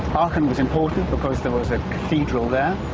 aachen was important because there was a cathedral there,